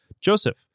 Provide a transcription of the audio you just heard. Joseph